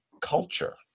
culture